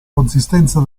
consistenza